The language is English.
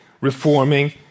reforming